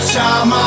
time